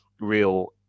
real